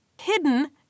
Hidden